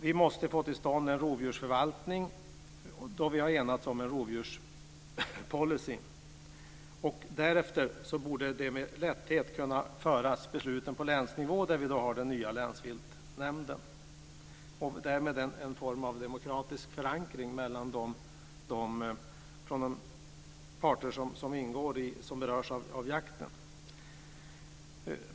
Vi måste få till stånd en rovdjursförvaltning då vi har enats om en rovdjurspolicy. Därefter borde med lätthet besluten kunna föras till länsnivå där vi har den nya länsviltnämnden och därmed en form av demokratisk förankring vad gäller de parter som berörs av jakten.